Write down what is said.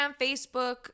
Facebook